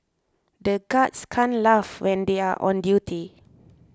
the guards can't laugh when they are on duty